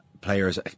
players